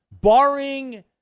barring